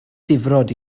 difrod